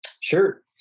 Sure